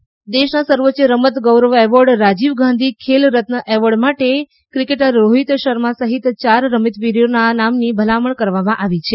ખેલ રત્ન દેશના સર્વોચ્ય રમત ગૌરવ એવોર્ડ રાજીવ ગાંધી ખેલ રત્ન એવોર્ડ માટે ક્રિકેટર રોહિત શર્મા સહિત ચાર રમતવીરોના નામની ભલામણ કરવામાં આવી છે